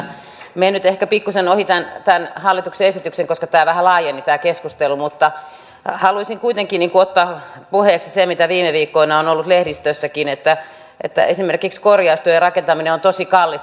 menen nyt ehkä pikkuisen ohi tämän hallituksen esityksen koska tämä keskustelu vähän laajeni mutta haluaisin kuitenkin ottaa puheeksi sen mitä viime viikkoina on ollut lehdistössäkin että esimerkiksi korjaustyö ja rakentaminen on tosi kallista